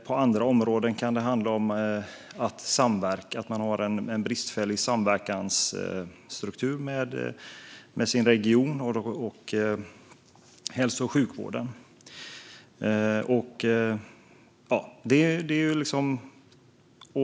På andra områden kan det handla om att man har en bristfällig samverkansstruktur med sin region och hälso och sjukvården.